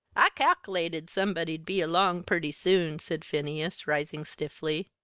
i cal'lated somebody'd be along purty soon, said phineas, rising stiffly.